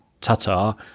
Tatar